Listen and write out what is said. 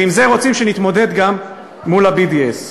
ועם זה רוצים שנתמודד גם מול ה-BDS.